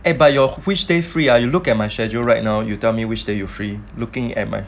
eh but your which they free ah you look at my schedule right now you tell me which they you free looking at my